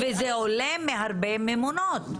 זה עולה מהרבה ממונות.